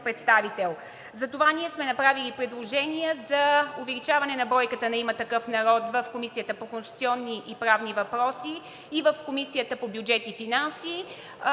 Затова ние сме направили предложения за увеличаване на бройката на „Има такъв народ“ в Комисията по конституционни и правни въпроси и в Комисията по бюджет и финанси,